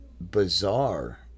bizarre